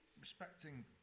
Respecting